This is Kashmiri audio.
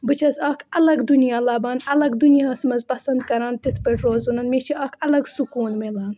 بہٕ چھیٚس اَکھ الَگ دُنیا لَبان الَگ دُنیاہَس منٛز پَسنٛد کَران تِتھ پٲٹھۍ روزُن مےٚ چھُ اَکھ الَگ سُکوٗن میلان